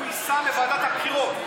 הוא ייסע לוועדת הבחירות,